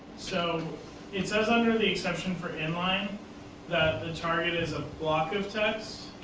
so it says under the exception for inline that the target is a block of text,